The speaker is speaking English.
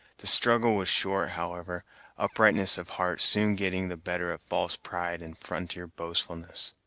the struggle was short, however uprightness of heart soon getting the better of false pride and frontier boastfulness.